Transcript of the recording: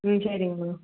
ம் சரிங்மா